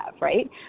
right